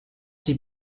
die